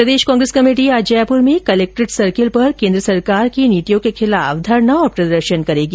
प्रदेश Congress committee आज जयूपर में collectorate circle पर केन्द्र सरकार की नीतियों के खिलाफ धरना और प्रदर्शन करेगी